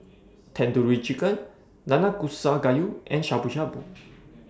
Tandoori Chicken Nanakusa Gayu and Shabu Shabu